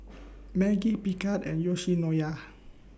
Maggi Picard and Yoshinoya